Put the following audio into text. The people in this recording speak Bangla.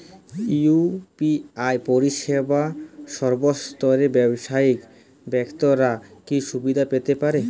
ইউ.পি.আই পরিসেবা সর্বস্তরের ব্যাবসায়িক ব্যাক্তিরা কি সুবিধা পেতে পারে?